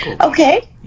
Okay